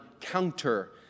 counter